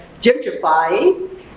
gentrifying